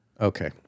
Okay